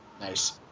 Nice